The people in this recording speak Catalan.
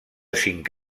cinc